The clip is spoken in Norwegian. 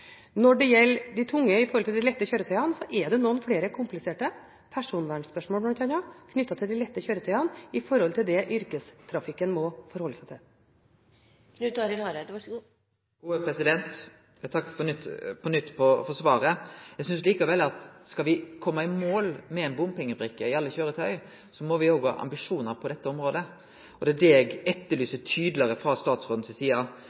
Når det gjelder de tunge i forhold de lette kjøretøyene, er det noen flere kompliserte spørsmål – bl.a. personvernspørsmål – knyttet til de lette kjøretøyene i forhold til det som yrkestrafikken må forholde seg til. Eg takkar på nytt for svaret. Eg synest likevel at skal me komme i mål med ei bompengebrikke i alle køyretøy, må me ha ambisjonar på dette området. Det er dette eg etterlyser tydelegare frå statsråden si side,